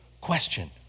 question